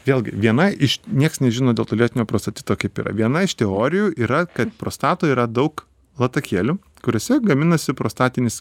vėlgi viena iš nieks nežino dėl to lėtinio prostatito kaip yra viena iš teorijų yra kad prostatoj yra daug latakėlių kuriuose gaminasi prostatinis